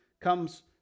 comes